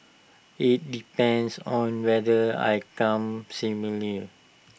IT depends on whether I come similar